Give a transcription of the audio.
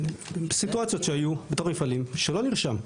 סיטואציות שהיו בתוך מפעלים שלא נרשם?